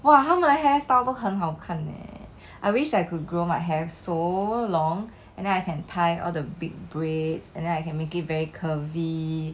!wah! 他们的 hair style 都很好看 leh I wish I could grow my hair so long and then I can tie all the big braids and then I can make it very curvy